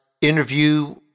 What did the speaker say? interview